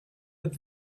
with